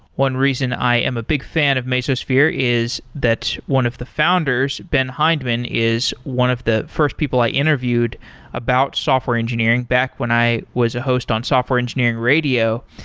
one reason i am a big fan of mesosphere is that one of the founders, ben hindman, is one of the first people i interviewed about software engineering back when i was a host on software engineering radio,